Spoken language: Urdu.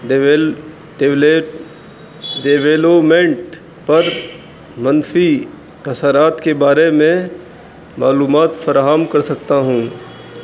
یل ڈییولوومنٹ پر منفی کثرات کے بارے میں معلومات فراہم کر سکتا ہوں